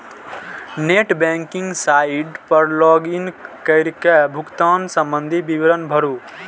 net banking site पर log in कैर के भुगतान संबंधी विवरण भरू